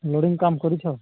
loading କାମ କରିଛ